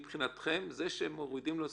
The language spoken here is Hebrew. מבחינתכם זה שמורידים לו 25%,